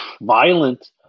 violent